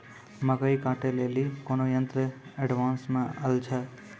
मकई कांटे ले ली कोनो यंत्र एडवांस मे अल छ?